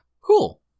Cool